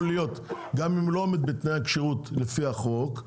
להיות גם אם הוא לא עומד בתנאי הכשירות לפי החוק,